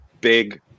big